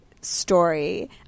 story